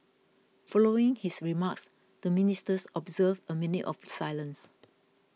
following his remarks the Ministers observed a minute of silence